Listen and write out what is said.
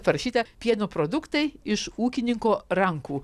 parašyta pieno produktai iš ūkininko rankų